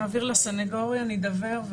נעביר לסנגוריה, נידבר.